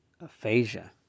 aphasia